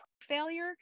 failure